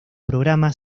programa